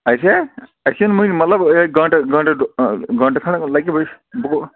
اَسہِ ہا اَسہِ یِنۍ وُنۍ مطلب گنٛٹہٕ گنٹہٕ گنٛٹہٕ کھنٛڈ لَگوٕ ہُہ